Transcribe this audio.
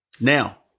Now